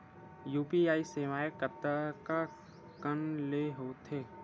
UPI सेवाएं कतका कान ले हो थे?